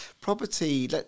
property